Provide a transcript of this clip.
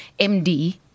MD